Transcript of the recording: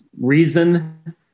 reason